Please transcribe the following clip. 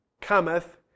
cometh